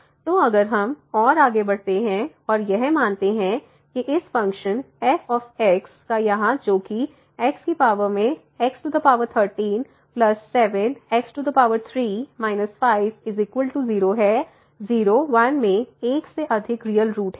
तो अगर हम और आगे बढ़ते हैं और यह मानते हैं कि इस फंक्शन f का यहाँ जोकि x की पॉवर में x13 7x3 5 0 है 0 1 में एक से अधिक रियल रूट हैं